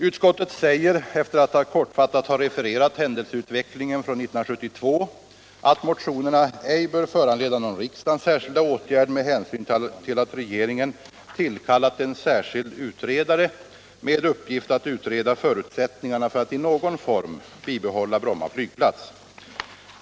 Utskottet säger, efter att kortfattat ha refererat händelseutvecklingen från 1972, att motionerna ej bör föranleda någon riksdagens särskilda åtgärd, med hänsyn till att regeringen tillkallat en särskild utredare med uppgift att utreda förutsättningarna för att i någon form bibehålla Bromma flygplats.